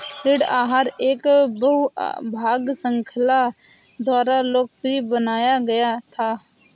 ऋण आहार एक बहु भाग श्रृंखला द्वारा लोकप्रिय बनाया गया था